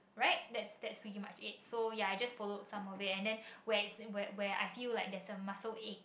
right that's that's pretty much it so ya I just follow some of it and then where is where where I feel like that's a muscle ache